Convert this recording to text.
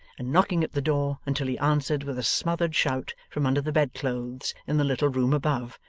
and knocking at the door until he answered with a smothered shout from under the bed-clothes in the little room above,